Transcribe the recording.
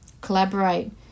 collaborate